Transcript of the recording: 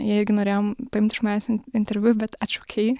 jie irgi norėjo paimti iš manęs interviu bet atšaukė jį